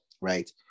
right